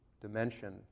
dimension